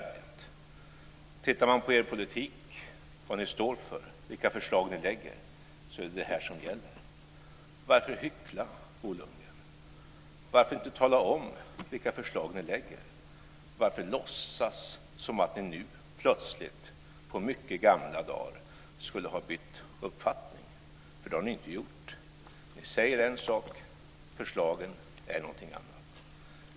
Om man tittar på er politik - det ni står för, de förslag ni lägger fram - så är det vad som gäller. Varför hyckla, Bo Lundgren? Varför inte tala om vilka förslag ni lägger fram? Varför låtsas som om ni nu plötsligt, på mycket gamla dar, skulle ha bytt uppfattning? Det har ni ju inte gjort. Ni säger en sak. Förslagen är någonting annat.